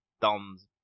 Dom's